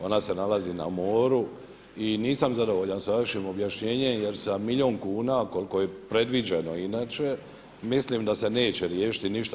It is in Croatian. Ona se nalazi na moru i nisam zadovoljan sa vašim objašnjenje jer sa milijun kuna koliko je predviđeno inače mislim da se neće riješiti ništa.